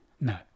No